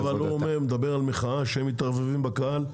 אבל הוא מדבר על מחאה שהם מתערבבים בקהל.